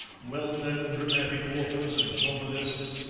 well-known dramatic authors and novelists,